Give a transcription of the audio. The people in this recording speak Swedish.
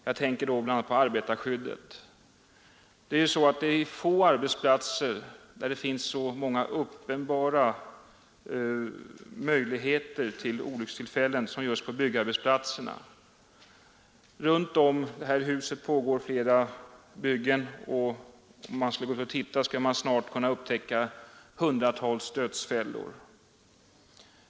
Jag tänker bl.a. på arbetarskyddet. På få arbetsplatser finns så många uppenbara möjligheter till olyckstillfällen som just på byggarbetsplatserna. Runt det här huset pågår flera byggen, och om man skulle gå ut och titta skulle man snart kunna upptäcka hundratals dödsfällor.